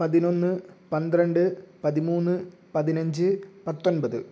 പതിനൊന്ന് പന്ത്രണ്ട് പതിമൂന്ന് പതിനഞ്ച് പത്തൊൻപത്